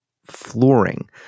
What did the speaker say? flooring